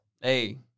Hey